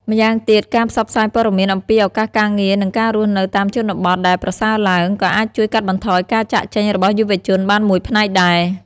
ម្យ៉ាងទៀត ការផ្សព្វផ្សាយព័ត៌មានអំពីឱកាសការងារ និងការរស់នៅនៅតាមជនបទដែលប្រសើរឡើង ក៏អាចជួយកាត់បន្ថយការចាកចេញរបស់យុវជនបានមួយផ្នែកដែរ។